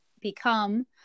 become